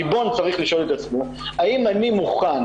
הריבון צריך לשאול את עצמו: האם אני מוכן